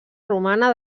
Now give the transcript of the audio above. romana